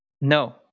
No